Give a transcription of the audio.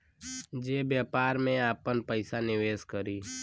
जे व्यापार में आपन पइसा निवेस करी